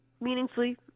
meaningfully